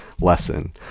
lesson